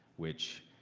which.